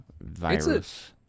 virus